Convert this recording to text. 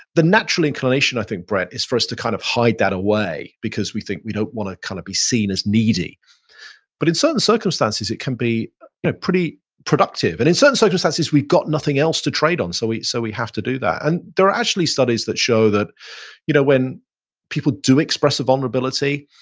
the natural inclination i think, brett, is for us to kind of hide that away because we think we don't want to kind of be seen as needy but in certain circumstances it can be pretty productive. and in certain circumstances we've got nothing else to trade on. so we so we have to do that and there are actually studies that show that you know when people do express a vulnerability,